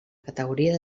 categoria